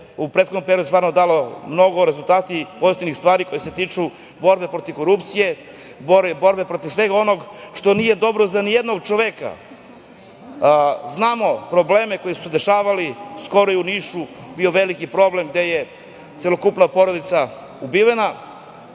u prethodnom periodu stvarno dalo mnogo rezultata, pozitivnih stvari koje se tiču borbe protiv korupcije, borbe protiv svega onoga što nije dobro ni za jednog čoveka. Znamo probleme koji su se dešavali. Skoro je u Nišu bio veliki problem gde je celokupna porodica ubijena,